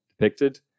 depicted